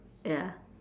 ya